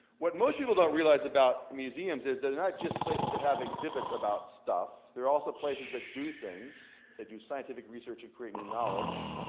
what most people don't realize about museums is they're not just places that have exhibits about stuff they're also places that do things, that do scientific research and create new knowledge.